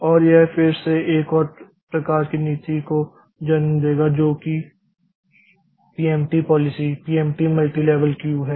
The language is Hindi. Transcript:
और यह फिर से एक और प्रकार की नीति को जन्म देगा जो कि PMT policy PMT multilevel queue है